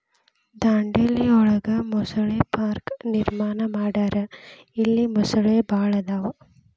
ದಾಂಡೇಲಿ ಒಳಗ ಮೊಸಳೆ ಪಾರ್ಕ ನಿರ್ಮಾಣ ಮಾಡ್ಯಾರ ಇಲ್ಲಿ ಮೊಸಳಿ ಭಾಳ ಅದಾವ